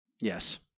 Yes